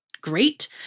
great